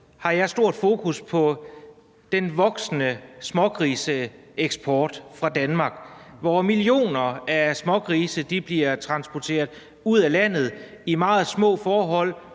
har jeg et stort fokus på den voksende eksport af smågrise fra Danmark, hvor millioner af smågrise bliver transporteret ud af landet i lastbiler,